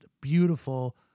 beautiful